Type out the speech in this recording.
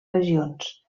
regions